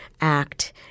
act